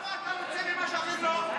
למה פה אתה רוצה, לא?